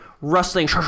rustling